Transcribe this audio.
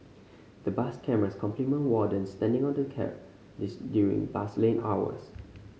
the bus cameras complement wardens standing on the kerb this during bus lane hours